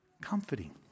Comforting